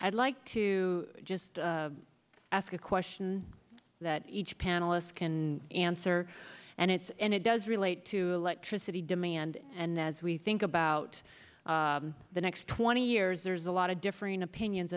i'd like to just ask a question that each panelist can answer and it's and it does relate to electricity demand and as we think about the next twenty years there's a lot of differing opinions